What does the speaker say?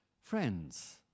Friends